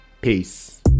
peace